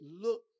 look